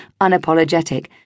unapologetic